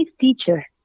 teacher